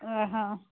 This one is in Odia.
ଓ ହଁ